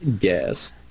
Yes